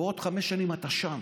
בעוד חמש שנים אתה שם.